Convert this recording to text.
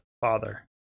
father